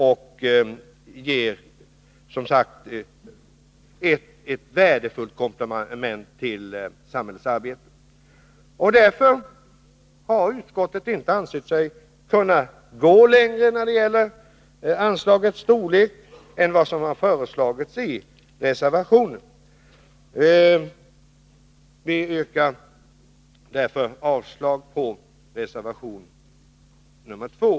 De ger som sagt ett värdefullt komplement till samhällets arbete. Utskottet har dock inte ansett sig kunna gå längre när det gäller anslagets storlek än vad som har föreslagits. Jag yrkar därför avslag på reservation 2.